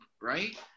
right